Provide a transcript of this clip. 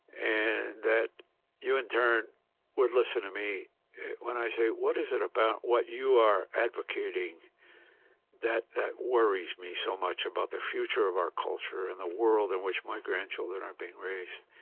and that you in turn would listen to me when i say, what is it about what you are advocating that worries me so much about the future of our culture and the world in which my grandchildren are being raised?